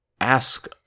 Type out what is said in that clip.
ask